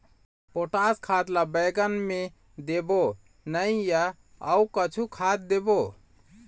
Potash खाद ला बैंगन मे देबो नई या अऊ कुछू खाद देबो?